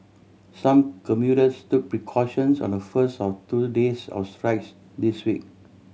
some commuters took precautions on the first of two days of strikes this week